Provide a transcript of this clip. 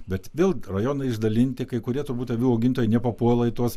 bet vėl rajoną išdalinti kai kurie turbūt avių augintojai nepapuola į tuos